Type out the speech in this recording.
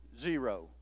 zero